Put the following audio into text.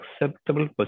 acceptable